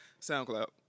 SoundCloud